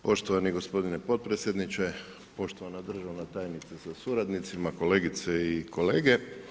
Poštovani gospodine potpredsjedniče, poštovana državna tajnice sa suradnicima, kolegice i kolege.